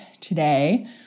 today